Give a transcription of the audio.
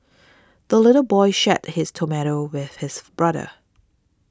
the little boy shared his tomato with his brother